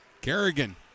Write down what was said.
Kerrigan